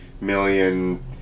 million